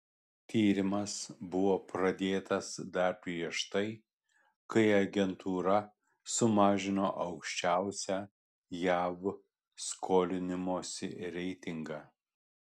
tyrimas buvo pradėtas dar prieš tai kai agentūra sumažino aukščiausią jav skolinimosi reitingą